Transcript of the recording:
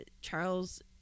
Charles